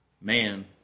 man